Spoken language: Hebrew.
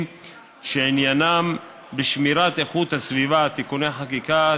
שעניינם בשמירת איכות הסביבה (תיקוני חקיקה),